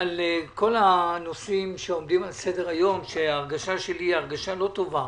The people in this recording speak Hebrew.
על כל הנושאים שעומדים על סדר היום כשההרגשה שלי היא הרגשה לא טובה